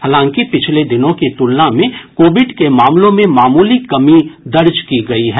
हालांकि पिछले दिनों की तुलना में कोविड के मामलों में मामूली कमी दर्ज की गई है